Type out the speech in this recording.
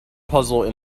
puzzle